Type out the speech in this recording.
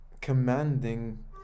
commanding